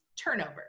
turnover